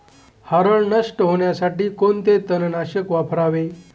हरळ नष्ट होण्यासाठी कोणते तणनाशक वापरावे?